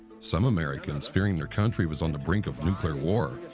some americans, fearing their country was on the brink of nuclear war,